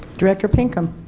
director pinkham